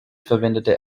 verwendete